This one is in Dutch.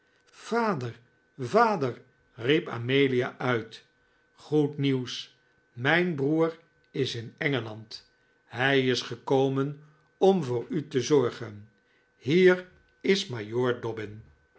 vader vader riep amelia uit goed nieuws mijn broer is in engeland hij is gekomen om voor u te zorgen hier is majoor dobbin